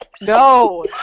No